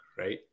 Right